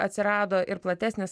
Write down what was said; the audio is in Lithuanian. atsirado ir platesnis